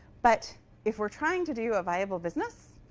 but if we're trying to do a viable business,